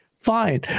Fine